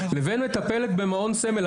לבין מטפלת במעון סמל,